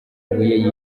ibuye